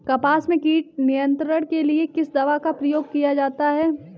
कपास में कीट नियंत्रण के लिए किस दवा का प्रयोग किया जाता है?